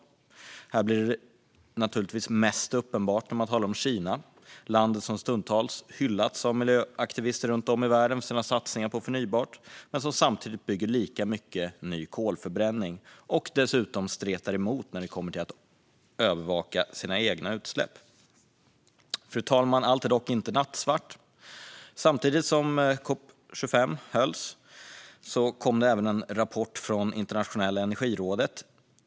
Det är naturligtvis mest uppenbart när man talar om Kina - landet som stundtals hyllats av miljöaktivister runt om i världen för satsningar på förnybart samtidigt som de bygger lika mycket ny kolförbränning som sol och dessutom stretar emot när det kommer till att övervaka de egna utsläppen. Fru talman! Allt är dock inte nattsvart. Samtidigt som COP 25 hölls kom det även en rapport från IEA, Internationella energirådet.